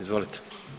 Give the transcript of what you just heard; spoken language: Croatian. Izvolite.